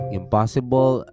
impossible